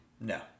No